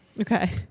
Okay